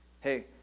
Hey